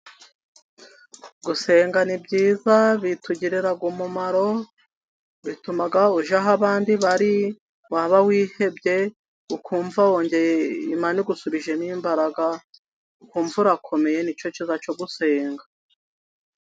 Gusenga ni byiza bitugirira umumaro, bituma ujya aho abandi bari, waba wihebye ukumva wongeye, Imana igusubijemo imbaraga, ukumva urakomeye, nicyo kiza cyo gusenga.